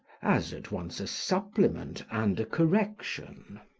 as at once a supplement and a correction.